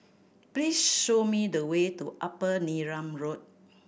please show me the way to Upper Neram Road